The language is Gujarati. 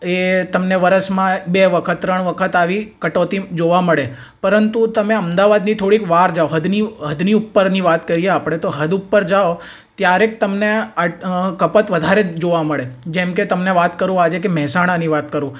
તે તમને વરસમાં બે વખત ત્રણ વખત આવી કટોતી જોવા મળે પરંતુ તમે અમદાવાદની થોડી બહાર જાવ હદની હદની ઉપરની વાત કરીએ આપણે તો હદ ઉપર જાવ ત્યારે તમને કપાત વધારે જ જોવા મળે જેમકે તમને વાત કરું આજે મેહસાણાની વાત કરું